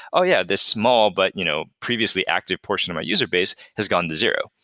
oh, yeah. this small but you know previously active portion of our user base has gone zero,